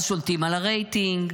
אז שולטים על הרייטינג,